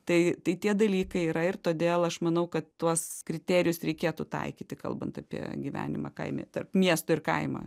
tai tai tie dalykai yra ir todėl aš manau kad tuos kriterijus reikėtų taikyti kalbant apie gyvenimą kaime tarp miesto ir kaimo